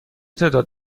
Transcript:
تعداد